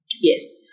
Yes